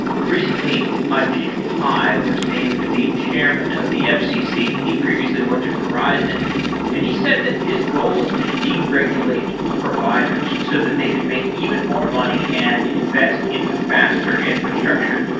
recently, ajit pai was named the chairman of the fcc. he previously worked at verizon and and he said that his goal is to deregulate providers so that they could make even more money and invest in faster infrastructure.